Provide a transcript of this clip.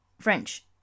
French